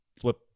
flip